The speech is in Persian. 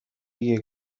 ایه